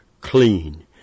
clean